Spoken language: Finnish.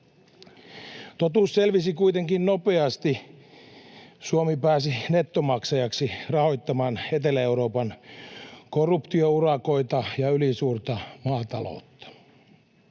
Totuus selvisi kuitenkin nopeasti. Suomi pääsi nettomaksajaksi rahoittamaan Etelä-Euroopan korruptiourakoita ja ylisuurta maataloutta.